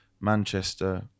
Manchester